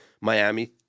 Miami